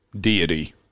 deity